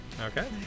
Okay